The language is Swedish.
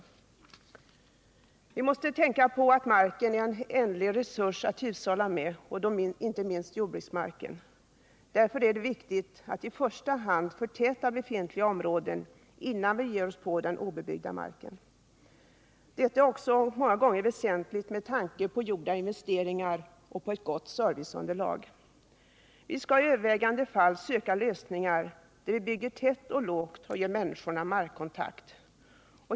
För det tredje måste vi tänka på att marken är en ändlig resurs att hushålla med, inte minst jordbruksmarken. Därför är det viktigt att i första hand förtäta befintliga områden, innan vi ger oss på den obebyggda marken. Detta är också många gånger väsentligt med tanke på gjorda investeringar och på ett gott serviceunderlag. Vi skall i övervägande antal fall söka lösningar där vi bygger tätt och lågt och ger människorna markkontakt.